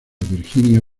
virginia